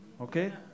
Okay